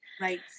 Right